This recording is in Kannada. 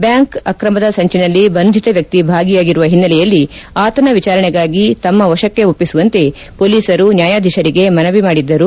ಬ್ಲಾಂಕ್ ಅಕ್ರಮದ ಸಂಚಿನಲ್ಲಿ ಬಂಧಿತ ವ್ಯಕ್ತಿ ಭಾಗಿಯಾಗಿರುವ ಹಿನ್ನೆಲೆಯಲ್ಲಿ ಆತನ ವಿಚಾರಣೆಗಾಗಿ ತಮ್ನ ವಶಕ್ಕೆ ಒಪ್ಪಿಸುವಂತೆ ಪೊಲೀಸರು ನ್ನಾಯಾಧೀಶರಿಗೆ ಮನವಿ ಮಾಡಿದ್ದರು